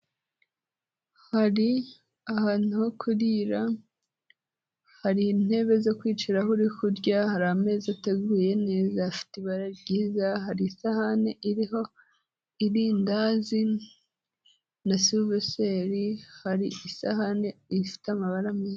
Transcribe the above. Hari ahantu ho kurira, hari intebe zo kwicaraho uri kurya, hari ameza ateguye neza afite ibara ryiza, hari isahani iriho irindazi na suveseri, hari isahani ifite amabara meza.